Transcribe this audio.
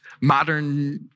modern